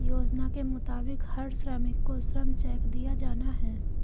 योजना के मुताबिक हर श्रमिक को श्रम चेक दिया जाना हैं